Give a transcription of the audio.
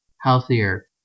healthier